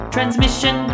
Transmission